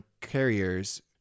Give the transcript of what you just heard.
carriers